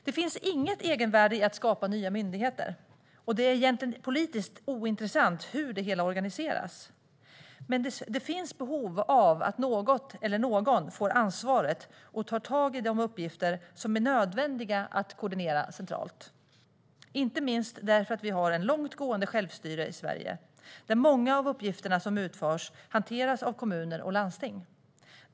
Det finns inget egenvärde i att skapa nya myndigheter, och det är egentligen politiskt ointressant hur det hela organiseras, men det finns behov av att något eller någon får ansvaret och tar tag i de uppgifter som är nödvändiga att koordinera centralt. Detta gäller inte minst därför att vi har en långtgående självstyrelse i Sverige där många av uppgifterna som utförs hanteras av kommuner och landsting.